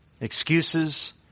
excuses